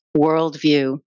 worldview